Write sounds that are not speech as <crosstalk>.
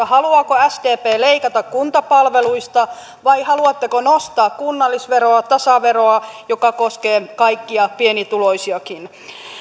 <unintelligible> haluaako sdp leikata kuntapalveluista vai haluatteko nostaa kunnallisveroa tasaveroa joka koskee kaikkia pienituloisiakin